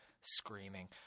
screaming